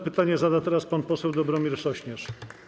Pytanie zada teraz pan poseł Dobromir Sośnierz.